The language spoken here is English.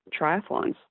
triathlons